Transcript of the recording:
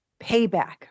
payback